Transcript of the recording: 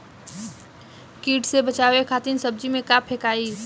कीट से बचावे खातिन सब्जी में का फेकाई?